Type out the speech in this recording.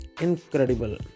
incredible